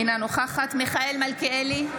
אינה נוכחת מיכאל מלכיאלי,